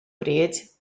bryd